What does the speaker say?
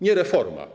Nie reforma.